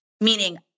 Meaning